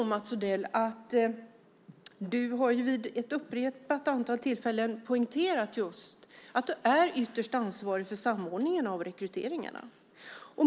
Mats Odell, du har vid upprepade tillfällen poängterat just att du är ytterst ansvarig för samordningen av rekryteringarna.